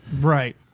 Right